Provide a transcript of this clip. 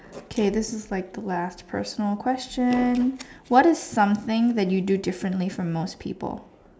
K this is like the last personal question what is something you do differently from most people